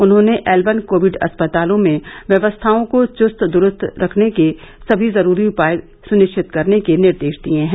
उन्होंने L one Covid अस्पतालों में व्यवस्थाओं को चुस्त दुरूस्त रखने के लिए सभी जरूरी उपाय सुनिश्चित करने के निर्देश दिए हैं